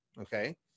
Okay